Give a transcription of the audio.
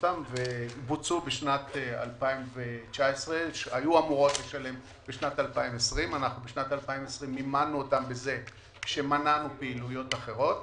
ובוצעו בשנת 2019 והיו אמורים לשלם אותן בשנת 2020. בשנת 2020 מימנו אותן בכך שמנענו פעילויות אחרות.